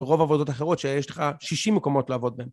רוב העבודות אחרות שיש לך שישים מקומות לעבוד בהן.